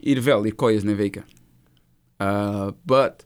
ir vėl ir kojos neveikė bat